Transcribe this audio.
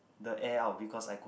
the air out because I could